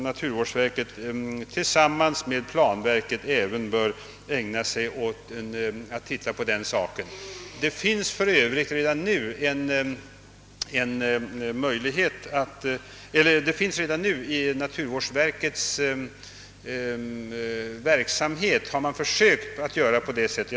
Naturvårdsverket bör tillsammans med planverket även se på den saken. I naturvårdsverkets verksamhet har man för övrigt försökt att göra på detta sätt.